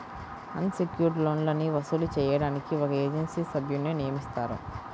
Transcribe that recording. అన్ secured లోన్లని వసూలు చేయడానికి ఒక ఏజెన్సీ సభ్యున్ని నియమిస్తారు